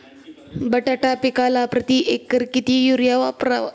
बटाटा पिकाला प्रती एकर किती युरिया वापरावा?